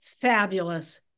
fabulous